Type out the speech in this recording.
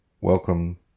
welcome